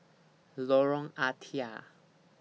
Lorong Ah Thia